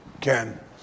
Ken